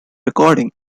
recordings